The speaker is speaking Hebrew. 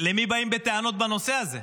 למי באים בטענות בנושא הזה?